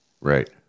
Right